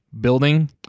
building